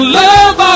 love